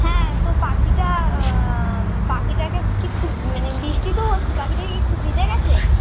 হ্যাঁ তো পাখিটা পাখিটাকে কি খুব মানে বৃষ্টি তো হচ্ছে পাখিটাকে কি খুব ভিজে গেছে